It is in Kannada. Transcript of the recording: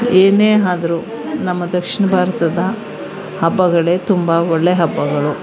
ಏನೇ ಆದ್ರೂ ನಮ್ಮ ದಕ್ಷಿಣ ಭಾರತದ ಹಬ್ಬಗಳೇ ತುಂಬ ಒಳ್ಳೆ ಹಬ್ಬಗಳು